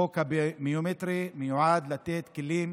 החוק הביומטרי מיועד לתת כלים